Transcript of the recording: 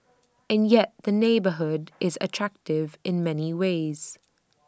and yet the neighbourhood is attractive in many ways